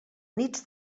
nits